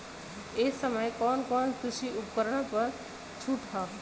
ए समय कवन कवन कृषि उपकरण पर छूट ह?